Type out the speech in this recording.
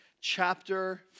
chapter